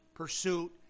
pursuit